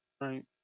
Right